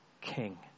king